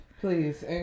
Please